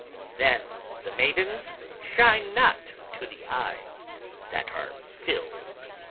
then the maidens shine not to the eyes that are filled.